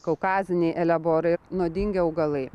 kaukaziniai elevonorai nuodingi augalai